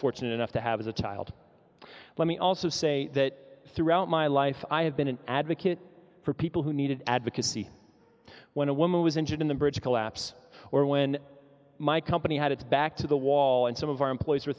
fortunate enough to have as a child let me also say that throughout my life i have been an advocate for people who needed advocacy when a woman was injured in the bridge collapse or when my company had its back to the wall and some of our employees were